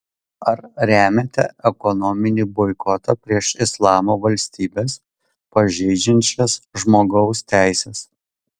ar remiate ekonominį boikotą prieš islamo valstybes pažeidžiančias žmogaus teises